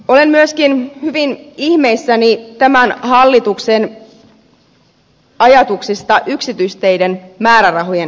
olen myöskin hyvin ihmeissäni tämän hallituksen ajatuksista yksityisteiden määrärahojen suhteen